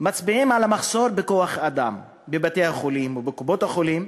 מצביע על מחסור בכוח-אדם בבתי-החולים ובקופות-החולים,